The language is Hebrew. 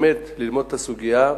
באמת ללמוד את הסוגיה.